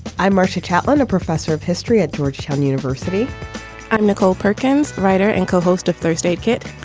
i'm marty kaplan, a professor of history at georgetown university i'm nicole perkins, writer and co-host of first aid kit.